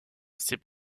ces